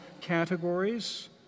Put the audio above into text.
categories